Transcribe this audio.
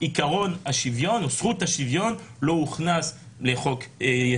עיקרון השוויון או זכות השוויון לא הוכנס לחוק-יסוד: